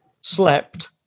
slept